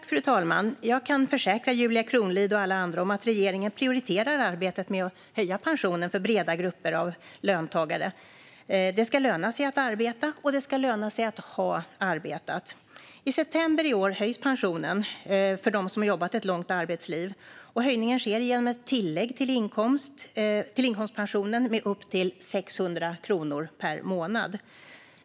Fru talman! Jag kan försäkra Julia Kronlid och alla andra om att regeringen prioriterar arbetet med att höja pensionen för breda grupper av löntagare. Det ska löna sig att arbeta, och det ska löna sig att ha arbetat. I september i år höjs pensionen för dem som har jobbat ett långt arbetsliv. Höjningen sker genom ett tillägg till inkomstpensionen med upp till 600 kronor per månad.